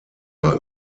war